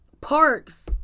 Parks